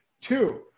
two